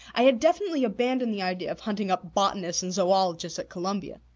i had definitely abandoned the idea of hunting up botanists and zoologists at columbia.